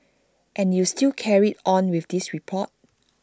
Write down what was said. and you still carried on with this report